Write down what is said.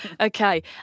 Okay